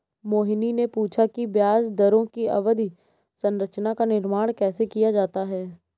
मोहिनी ने पूछा कि ब्याज दरों की अवधि संरचना का निर्माण कैसे किया जाता है?